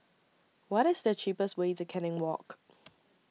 What IS The cheapest Way to Canning Walk